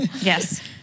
Yes